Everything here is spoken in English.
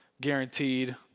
guaranteed